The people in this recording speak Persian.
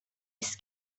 است